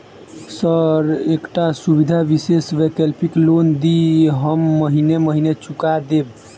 Sir एकटा सुविधा विशेष वैकल्पिक लोन दिऽ हम महीने महीने चुका देब?